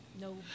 No